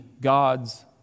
God's